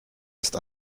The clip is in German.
ist